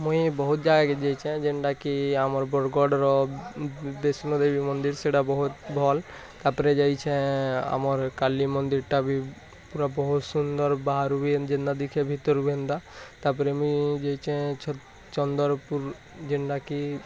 ମୁଇ ବହୁତ ଜାଗାକେ ଯାଇଛେ ଯେନ୍ତା କି ଆମର ବରଗଡ଼ର ବିଷ୍ଣୁ ଦେବୀ ମନ୍ଦିର୍ ସେଇଟା ବହୁତ ଭଲ୍ ତାପରେ ଯାଇଛେଁ ଆମର କାଲି ମନ୍ଦିର୍ଟା ଭି ପୁରା ବହୁତ ସୁନ୍ଦର ବାହାରୁ ବି ଯେନ୍ତା ଦିଖେ ବି ଭିତରକୁ ବି ଏନ୍ତା ତାପରେ ମୁଇଁ ଯାଇଛେଁ ଛ ଚନ୍ଦରପୁର୍ ଯେନ୍ତା କି